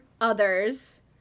others